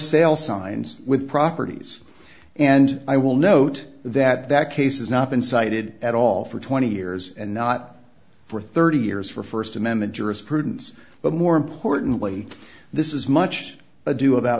sale signs with properties and i will note that that case has not been cited at all for twenty years and not for thirty years for st amendment jurisprudence but more importantly this is much ado about